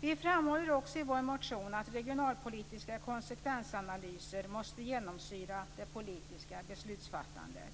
Vi framhåller också i vår motion att regionalpolitiska konsekvensanalyser måste genomsyra det politiska beslutsfattandet.